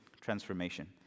transformation